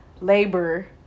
labor